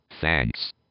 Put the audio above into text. Thanks